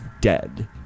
dead